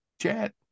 Chat